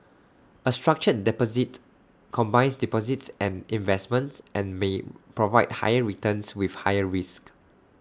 A structured deposit combines deposits and investments and may provide higher returns with higher risks